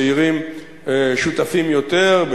הצעירים שותפים יותר,